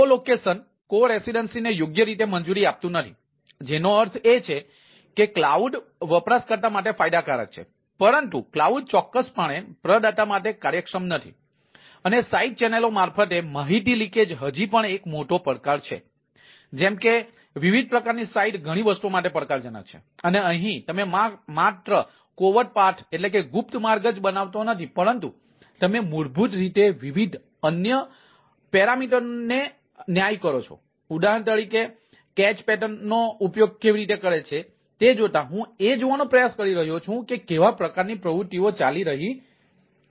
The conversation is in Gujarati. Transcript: કો લોકેશનનો ઉપયોગ કેવી રીતે કરે છે તે જોતા હું એ જોવાનો પ્રયાસ કરી રહ્યો છું કે કેવા પ્રકારની પ્રવૃત્તિઓ ચાલી રહી છે